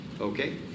okay